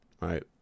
right